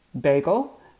Bagel